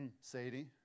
Sadie